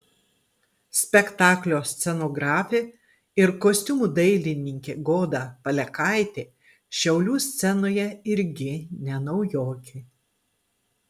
spektaklio scenografė ir kostiumų dailininkė goda palekaitė šiaulių scenoje irgi ne naujokė